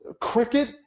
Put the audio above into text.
cricket